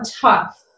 tough